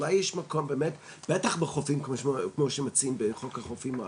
אולי יש מקום באמת בטח בחופים כמו שמציעים בחוק החופים,